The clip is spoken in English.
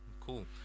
cool